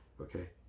Okay